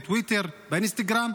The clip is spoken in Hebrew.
בטוויטר ובאינסטגרם.